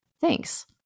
Thanks